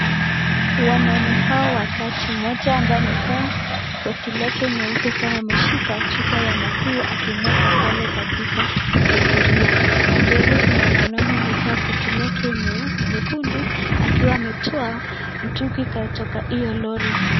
Wanaume hawa watatu, mmoja ambaye amevaa koti lake nyeupe kama ameshika chupa ya maziwa akimwaga pale katika sufuria. Kando yake kuna mwanaume ambaye amevaa koti lake nyekundu akiwa ametoa mtungi kutoka hiyo lori.